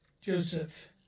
Joseph